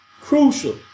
Crucial